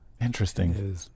Interesting